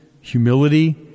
humility